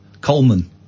Coleman